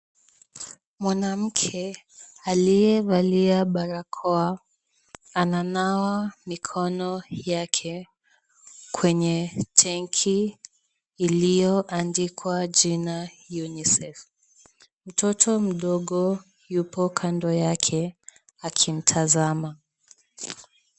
Mwanamke aliyevalia barakoa ananawa mikono yake, kwenye tenki iliyo andikwa jina unicef. Mtoto mdogo yupo kando yake akimtazama.